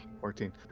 Fourteen